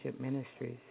Ministries